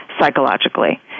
psychologically